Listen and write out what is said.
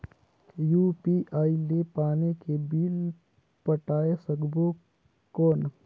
UPI ले पानी के बिल पटाय सकबो कौन?